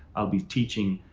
i'll be teaching.